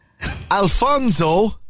Alfonso